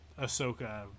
Ahsoka